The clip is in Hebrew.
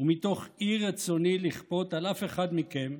ומתוך אי-רצוני לכפות על אף אחד מכם